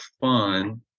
fun